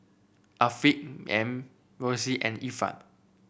Afiq M Roxy and Ifan